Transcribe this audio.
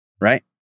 right